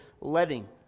letting